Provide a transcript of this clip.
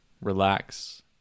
relax